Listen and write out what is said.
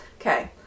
Okay